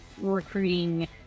Recruiting